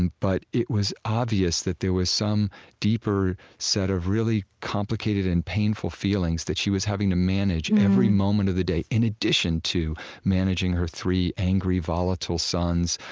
and but it was obvious that there was some deeper set of really complicated and painful feelings that she was having to manage every moment of the day, in addition to managing her three angry, volatile sons,